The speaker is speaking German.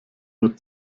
nur